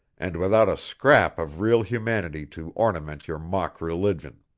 and without a scrap of real humanity to ornament your mock religion.